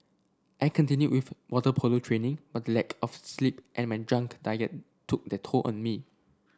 I continued with water polo training but the lack of sleep and my junk diet took their toll on me